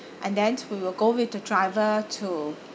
and then we will go with the driver to